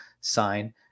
sign